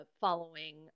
following